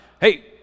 Hey